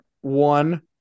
One